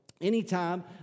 anytime